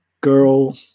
girl